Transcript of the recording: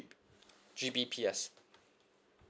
G_B_P_S